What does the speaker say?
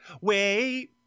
Wait